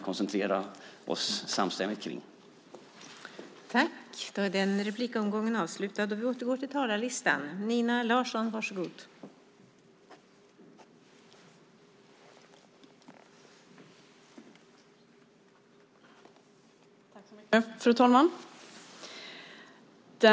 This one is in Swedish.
Den kan vi samstämmigt koncentrera oss på.